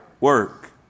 Work